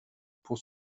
pour